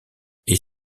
est